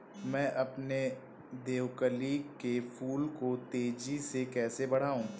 मैं अपने देवकली के फूल को तेजी से कैसे बढाऊं?